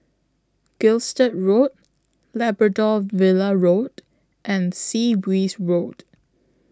Gilstead Road Labrador Villa Road and Sea Breeze Road